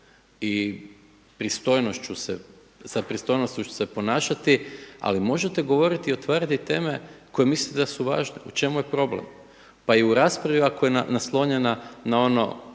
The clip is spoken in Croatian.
i sa pristojnošću se ponašati ali možete govoriti i otvarati teme koje mislite da su važne, u čemu je problem. Pa i u raspravi ako je naslonjena na ono